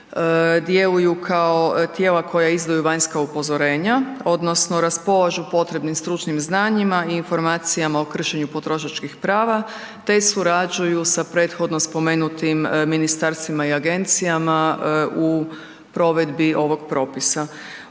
djeluju kao tijela koja izdaju vanjska upozorenja odnosno raspolažu potrebnim stručnim znanjima i informacijama o kršenju potrošačkih prava te surađuju sa prethodno spomenutim ministarstvima i agencijama u provedbi ovog propisa.